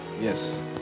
Yes